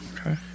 Okay